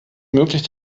möglich